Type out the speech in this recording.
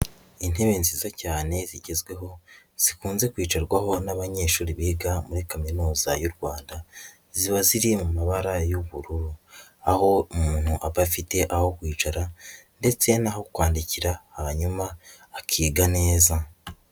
Intebe nziza cyane zigezweho zikunze kwicarwaho n'abanyeshuri biga muri Kaminuza y'u Rwanda, ziba ziri mu mabara y'ubururu aho umuntu aba afite aho kwicara ndetse n'aho kwandikira hanyuma akiga neza.